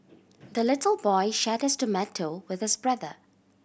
the little boy shared his tomato with his brother